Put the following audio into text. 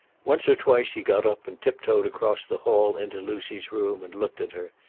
once or twice he got up and tip-toed across the hall into lucy's room and looked at her.